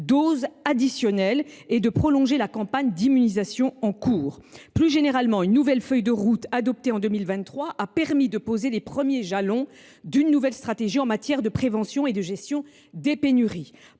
doses additionnelles et de prolonger la campagne d’immunisation en cours. Plus largement, une nouvelle feuille de route adoptée en 2023 a permis de poser les premiers jalons d’une nouvelle stratégie en matière de prévention et de gestion des pénuries.